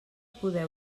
poder